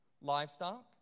livestock